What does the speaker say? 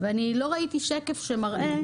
ולא ראיתי שקף שמראה